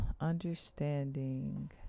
understanding